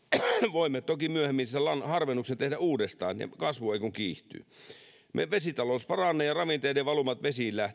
voimme toki myöhemmin sen harvennuksen tehdä uudestaan ja kasvu sen kun kiihtyy meidän vesitalous paranee ja ravinteiden valumat vesiin